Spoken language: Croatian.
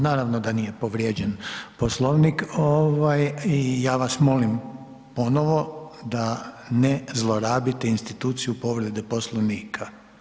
Ovaj, naravno da nije povrijeđen Poslovnik ovaj i ja vas molim ponovo da ne zlorabite instituciju povrede Poslovnika.